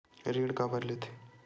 ऋण काबर लेथे?